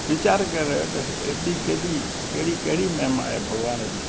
वीचारु करे रहियो त एॾी केॾी कहिड़ी कहिड़ी महिमा आहे भॻवान जी